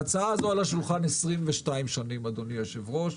ההצעה הזו על השולחן 22 שנים אדוני היושב-ראש,